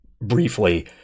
briefly